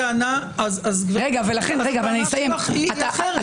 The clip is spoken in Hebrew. יש סדר בוועדה הזו.